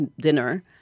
dinner